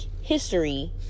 history